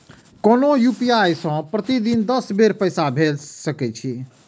कोनो यू.पी.आई सं प्रतिदिन दस बेर पैसा भेज सकै छी